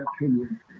opinion